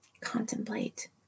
Contemplate